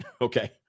Okay